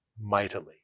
mightily